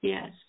Yes